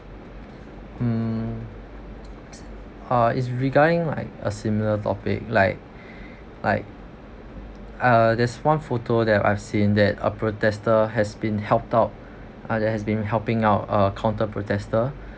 um uh is regarding like a similar topic like like uh there's one photo that i've seen that a protester has been helped out uh that has been helping out err counter-protester